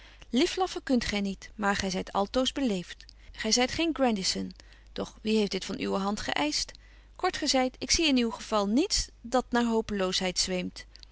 kamer liflaffen kunt gy niet maar gy zyt altoos beleeft gy zyt geen grandison doch wie heeft dit van uwe hand geëischt kort gezeit ik zie in uw geval niets dat naar hopeloosheid zweemt